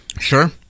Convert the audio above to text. Sure